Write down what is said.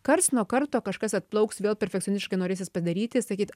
karts nuo karto kažkas atplauks vėl perfekcionistiškai norėsis padaryti sakyt